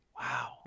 Wow